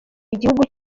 igihugu